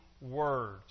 words